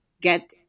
get